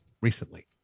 recently